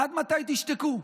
עד מתי תשתקו?